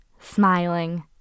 smiling